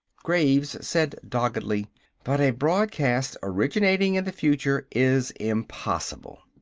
graves said doggedly but a broadcast originating in the future is impossible!